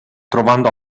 trovando